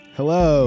Hello